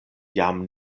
jam